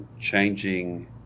changing